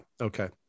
okay